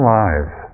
lives